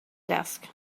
desk